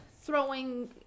throwing